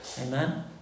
Amen